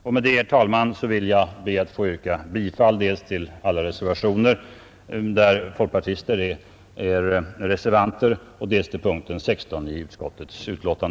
Med detta, herr talman, ber jag att få yrka bifall dels till alla reservationer där folkpartister är reservanter, dels till utskottets hemställan i punkten 16.